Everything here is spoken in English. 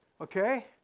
Okay